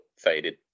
faded